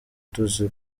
tuzi